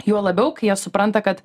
juo labiau kai jie supranta kad